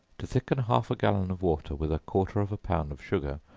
to thicken half a gallon of water with a quarter of a pound of sugar,